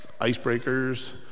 icebreakers